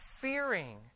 fearing